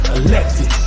elected